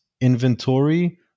inventory